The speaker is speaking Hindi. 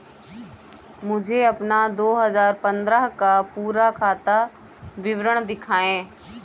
मुझे अपना दो हजार पन्द्रह का पूरा खाता विवरण दिखाएँ?